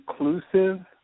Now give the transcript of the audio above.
inclusive